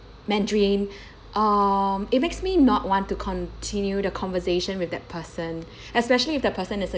mandarin um it makes me not want to continue the conversation with that person especially if the person is